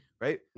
right